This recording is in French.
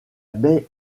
baie